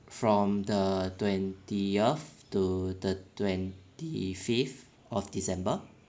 from the twentieth to the twenty fifth of december